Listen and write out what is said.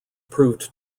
proved